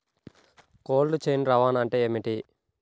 Cold chain రవాణా అంటే ఏమిటీ?